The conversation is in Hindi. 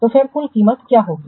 तो फिर कुल कीमत क्या होगी